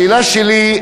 השאלה שלי: